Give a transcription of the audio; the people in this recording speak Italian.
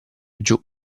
giù